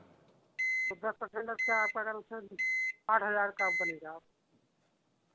तो दस पर्सेंट क्या आपका अगर उनसे आठ हज़ार का अब बनेगा अब